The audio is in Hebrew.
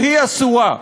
והיא אסורה.